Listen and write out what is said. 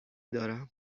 دارم